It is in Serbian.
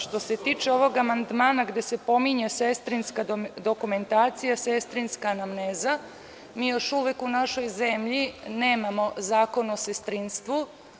Što se tiče ovog amandmana gde se pominje sestrinska dokumentacija, sestrinska anamneza, mi još uvek u našoj zemlji nemamo zakon o sestrinstvu.